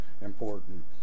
important